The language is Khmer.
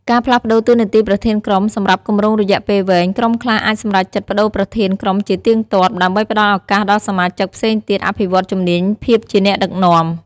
ការផ្លាស់ប្តូរតួនាទីប្រធានក្រុម សម្រាប់គម្រោងរយៈពេលវែង ក្រុមខ្លះអាចសម្រេចចិត្តប្តូរប្រធានក្រុមជាទៀងទាត់ ដើម្បីផ្តល់ឱកាសដល់សមាជិកផ្សេងទៀតអភិវឌ្ឍន៍ជំនាញភាពជាអ្នកដឹកនាំ។